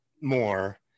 more